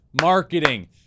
marketing